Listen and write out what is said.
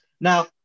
Now